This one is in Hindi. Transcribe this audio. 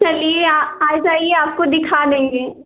चलिए आ जाइए आपको दिखा देंगे